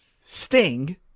Sting